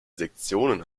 sektionen